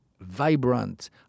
vibrant